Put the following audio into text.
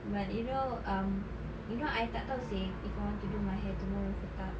but you know um you know I tak tahu seh if I want to do my hair tomorrow ke tak